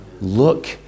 Look